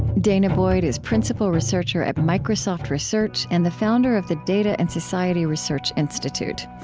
danah boyd is principal researcher at microsoft research and the founder of the data and society research institute.